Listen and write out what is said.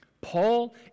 Paul